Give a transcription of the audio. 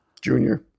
junior